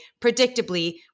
predictably